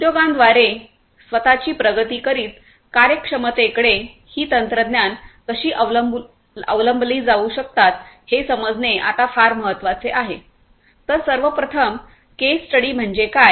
उद्योगांद्वारे स्वत ची प्रगती करीत कार्यक्षमतेकडे ही तंत्रज्ञान कशी अवलंबली जाऊ शकतात हे समजणे आता फार महत्वाचे आहे तर सर्वप्रथम केस स्टडी म्हणजे काय